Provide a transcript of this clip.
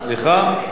סליחה?